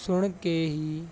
ਸੁਣ ਕੇ ਹੀ